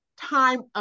time